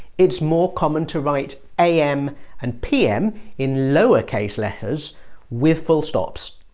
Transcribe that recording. it's more common to write am and pm in lower-case letters with full stops.